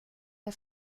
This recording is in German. der